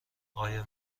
آیا